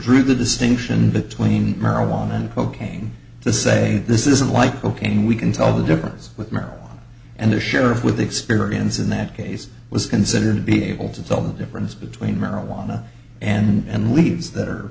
drew the distinction between marijuana and cocaine to say this isn't like cocaine we can tell the difference with marijuana and the sheriff with experience in that case was considered to be able to tell the difference between marijuana and leaves that are